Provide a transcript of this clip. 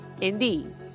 indeed